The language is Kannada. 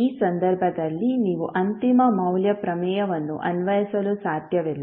ಈ ಸಂದರ್ಭದಲ್ಲಿ ನೀವು ಅಂತಿಮ ಮೌಲ್ಯ ಪ್ರಮೇಯವನ್ನು ಅನ್ವಯಿಸಲು ಸಾಧ್ಯವಿಲ್ಲ